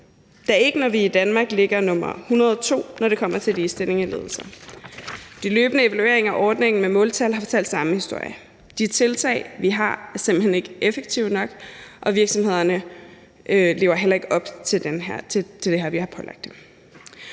Da ikke, når Danmark ligger nummer 102, når det kommer til ligestilling i ledelser. De løbende evalueringer af ordningen med måltal har fortalt samme historie. De tiltag, vi har, er simpelt hen ikke effektive nok, og virksomhederne lever heller ikke op til det, vi her har pålagt dem.